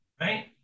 Right